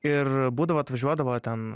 ir būdavo atvažiuodavo ten